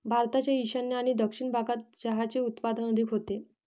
भारताच्या ईशान्य आणि दक्षिण भागात चहाचे उत्पादन अधिक होते